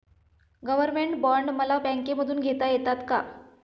Government bond मला बँकेमधून घेता येतात का?